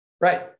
Right